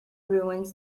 ruins